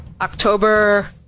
October